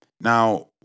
now